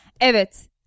Evet